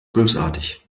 bösartig